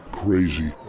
crazy